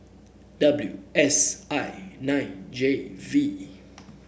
W S I nine J V